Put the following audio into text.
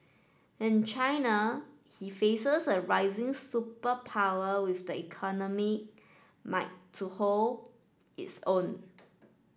in China he faces a rising superpower with the economy might to hold is own